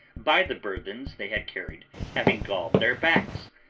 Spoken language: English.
by the burthens they had carried having galled their backs,